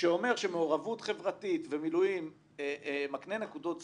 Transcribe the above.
שאומר שמעורבות חברתית ומילואים מקנה נקודות זכות,